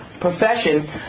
profession